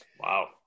Wow